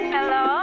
Hello